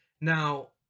Now